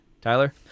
Tyler